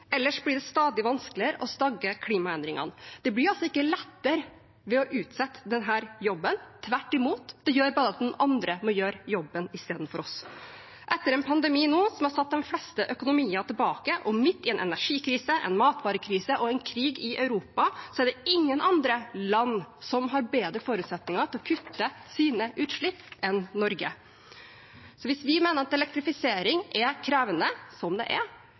ellers blir det stadig vanskeligere å stagge klimaendringene. Det blir altså ikke lettere ved å utsette denne jobben, tvert imot; det gjør bare at andre må gjøre jobben istedenfor oss. Etter en pandemi som har satt de fleste økonomier tilbake, og midt i en energikrise, en matvarekrise og en krig i Europa er det ingen andre land som har bedre forutsetninger til å kutte sine utslipp enn Norge. Så hvis vi mener at elektrifisering er krevede – som det er